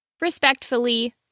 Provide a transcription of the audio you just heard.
Respectfully